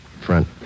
Front